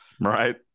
Right